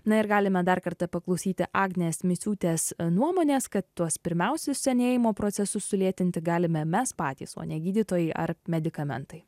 na ir galime dar kartą paklausyti agnės misiūtės nuomonės kad tuos pirmiausius senėjimo procesus sulėtinti galime mes patys o ne gydytojai ar medikamentai